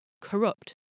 corrupt